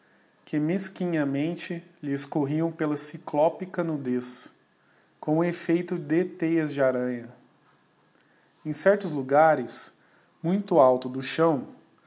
que mesquinhamente lhe escorriam pela cyclopica nudez com um effeito de têas de aranha em certos legares muito alto do chão